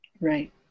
right